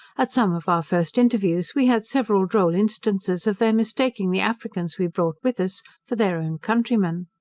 at some of our first interviews, we had several droll instances of their mistaking the africans we brought with us for their own countrymen.